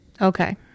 Okay